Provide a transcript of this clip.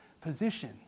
position